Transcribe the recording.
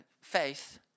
Faith